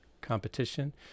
competition